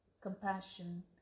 compassion